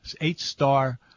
eight-star